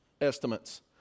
estimates